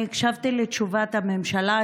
אני הקשבתי לתשובת הממשלה,